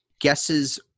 guesses